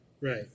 right